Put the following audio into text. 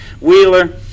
wheeler